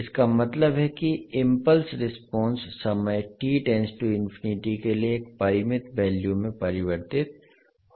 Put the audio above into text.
इसका मतलब है कि इम्पल्स रिस्पांस समय के लिए एक परिमित वैल्यू में परिवर्तित हो जाएगी